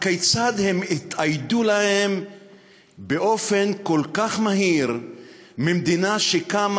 הכיצד הם התאיידו להם באופן כל כך מהיר ממדינה שקמה